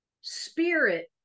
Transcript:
Spirit